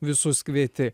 visus kvieti